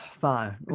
fine